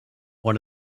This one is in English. one